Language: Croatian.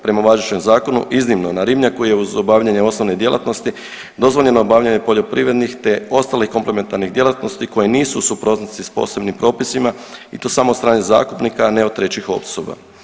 Prema važećem zakonu iznimno na ribnjaku je uz obavljanje osnovne djelatnosti dozvoljeno obavljanje poljoprivrednih te ostalih komplementarnih djelatnosti koje nisu u suprotnosti s posebnim propisima i to samo od strane zakupnika, a ne od trećih osoba.